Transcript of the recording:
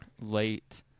late